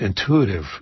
intuitive